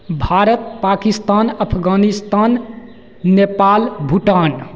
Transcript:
India Pakistan Afghanistan Nepal Bhutan